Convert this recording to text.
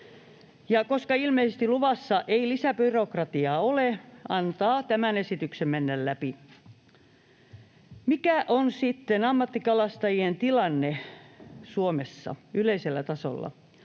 koska ilmeisesti luvassa ei ole lisäbyrokra-tiaa, antaa tämän esityksen mennä läpi. Mikä on sitten ammattikalastajien tilanne Suomessa yleisellä tasolla?